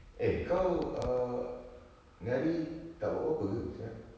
eh kau err ini hari tak buat apa-apa ke sia